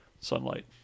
sunlight